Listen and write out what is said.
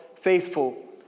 faithful